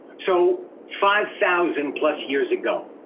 so five thousand plus years ago,